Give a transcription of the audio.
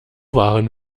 waren